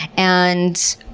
and